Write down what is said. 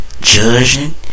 judging